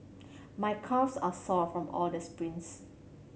my calves are sore from all the sprints